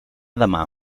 demà